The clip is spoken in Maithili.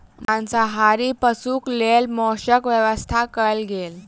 मांसाहारी पशुक लेल मौसक व्यवस्था कयल गेल